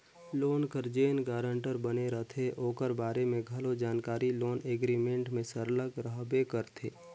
loan कर जेन guarantor बने रहथे ओकर बारे में घलो जानकारी लोन एग्रीमेंट में सरलग रहबे करथे